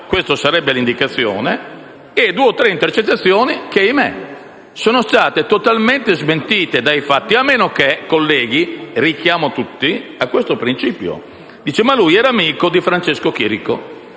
Questa sarebbe l'indicazione. E poi vi sono due o tre intercettazioni che - ahimè - sono state totalmente smentite dai fatti. Ma si dice - e, colleghi, richiamo tutti a questo principio - che lui era amico di Francesco Chirico.